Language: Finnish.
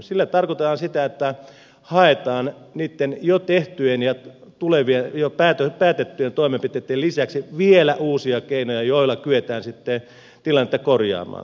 sillä tarkoitetaan sitä että haetaan niitten jo tehtyjen ja jo päätettyjen toimenpiteitten lisäksi vielä uusia keinoja joilla kyetään sitten tilannetta korjaamaan